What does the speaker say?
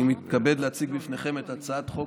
אני מתכבד להציג בפניכם את הצעת חוק